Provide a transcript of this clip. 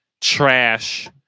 trash